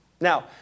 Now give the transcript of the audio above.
Now